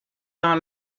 dans